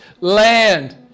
land